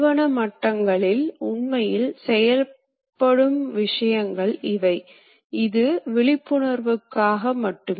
வேகம் மற்றும் நிலை பற்றிய பின்னூட்டம் தேவை எனவே அவை சென்சார்களால் வழங்கப்படுகின்றன